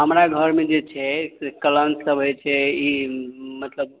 हमरा घरमे जे छै से कलङ्क सब होइ छै ई मतलब